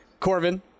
Corvin